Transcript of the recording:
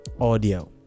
audio